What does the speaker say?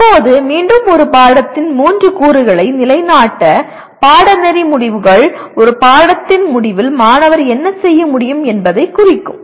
இப்போது மீண்டும் ஒரு பாடத்தின் மூன்று கூறுகளை நிலைநாட்ட பாடநெறி முடிவுகள் ஒரு பாடத்தின் முடிவில் மாணவர் என்ன செய்ய முடியும் என்பதைக் குறிக்கும்